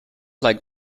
like